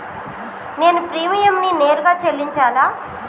నేను ప్రీమియంని నేరుగా చెల్లించాలా?